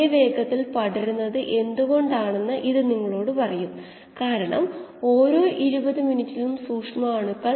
ഈ സ്ഥിരമായ അവസ്ഥയിൽ ആണ് നാം നോക്കുന്നത് അതിനാൽ ഏത് സമയത്തും ഡെറിവേറ്റീവ് പൂജ്യമായിരിക്കും